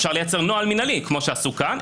אפשר לייצר נוהל מינהלי כפי שעשו כאן.